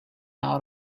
out